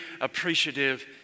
appreciative